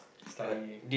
study